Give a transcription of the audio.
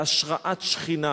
בהשראת שכינה.